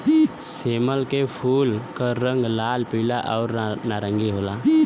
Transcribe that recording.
सेमल के फूल क रंग लाल, पीला आउर नारंगी होला